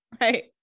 Right